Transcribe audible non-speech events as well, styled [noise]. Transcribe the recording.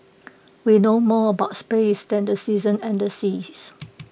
we know more about space than the seasons and the seas [noise]